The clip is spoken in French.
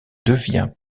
devient